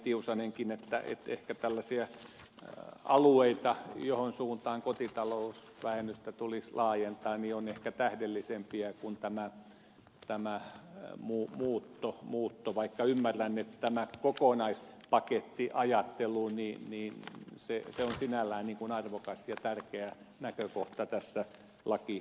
tiusanenkin että tällaisia alueita joiden suuntaan kotitalousvähennystä tulisi laajentaa on ehkä tähdellisempiäkin kuin tämä muutto vaikka ymmärrän että tämä kokonaispakettiajattelu on sinällään arvokas ja tärkeä näkökohta tässä lakiesityksessä